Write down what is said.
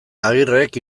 agirrek